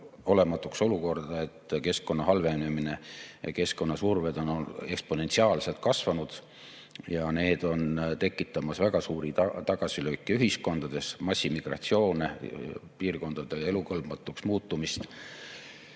olematuks olukorda, et keskkonna halvenemine, surve keskkonnale on eksponentsiaalselt kasvanud ja see on tekitamas väga suuri tagasilööke ühiskondades, nagu massimigratsiooni, piirkondade elukõlbmatuks muutumist,